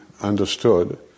understood